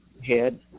head